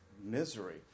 misery